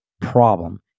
problem